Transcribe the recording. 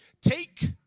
Take